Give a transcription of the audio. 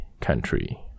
Country